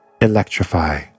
Electrify